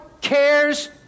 cares